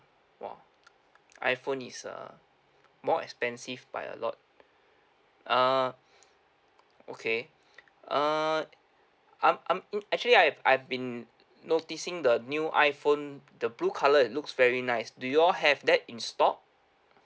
!wah! iPhone is err more expensive by a lot uh okay err I'm I'm uh actually I've I've been noticing the new iPhone the blue colour it looks very nice do you all have that in stock